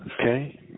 Okay